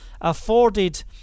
afforded